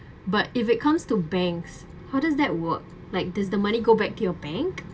but if it comes to banks how does that work like does the money go back to your bank